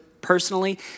personally